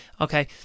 Okay